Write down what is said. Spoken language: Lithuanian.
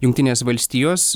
jungtinės valstijos